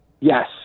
Yes